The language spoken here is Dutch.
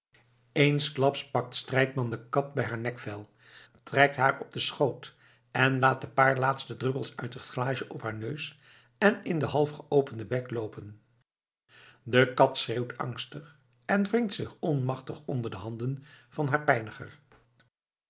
eensklaps pakt strijkman de kat bij haar nekvel trekt haar op den schoot en laat de paar laatste druppels uit het glaasje op haar neus en in den halfgeopenden bek loopen de kat schreeuwt angstig en wringt zich onmachtig onder de handen van haar